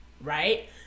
right